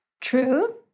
True